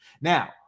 Now